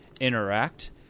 interact